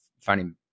finding